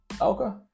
Okay